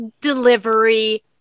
delivery